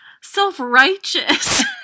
self-righteous